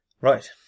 Right